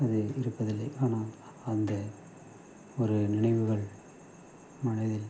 அது இருப்பதில்லை ஆனால் அந்த ஒரு நினைவுகள் மனதில்